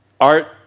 art